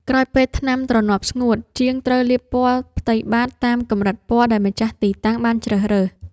ក្រោយពេលថ្នាំទ្រនាប់ស្ងួត ជាងត្រូវលាបពណ៌ផ្ទៃបាត តាមកម្រិតពណ៌ដែលម្ចាស់ទីតាំងបានជ្រើសរើស។